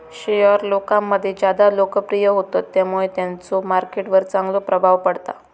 share लोकांमध्ये ज्यादा लोकप्रिय होतत त्यामुळे त्यांचो मार्केट वर चांगलो प्रभाव पडता